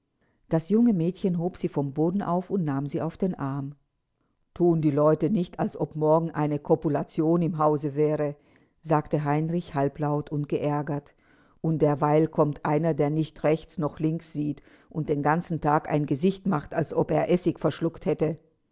das junge mädchen hob sie vom boden auf und nahm sie auf den arm thun die leute nicht als ob morgen eine kopulation im hause wäre sagte heinrich halblaut und geärgert und derweil kommt einer der nicht rechts noch links sieht und den ganzen tag ein gesicht macht als ob er essig verschluckt hätte